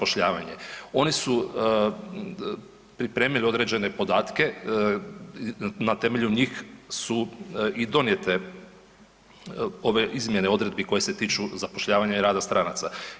Oni su pripremili određene podatke, na temelju njih su i donijete ove izmjene odredbi koje se tiču zapošljavanja i rada stranaca.